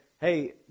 hey